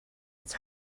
its